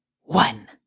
one